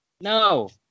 No